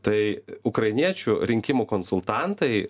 tai ukrainiečių rinkimų konsultantai